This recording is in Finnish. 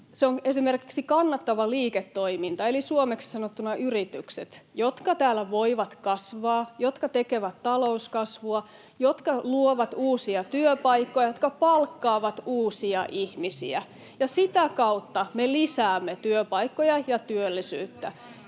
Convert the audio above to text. se on esimerkiksi kannattava liiketoiminta eli suomeksi sanottuna yritykset, jotka täällä voivat kasvaa, jotka tekevät talouskasvua, jotka luovat uusia työpaikkoja, [Suna Kymäläisen välihuuto] jotka palkkaavat uusia ihmisiä, ja sitä kautta me lisäämme työpaikkoja ja työllisyyttä.